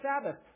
Sabbath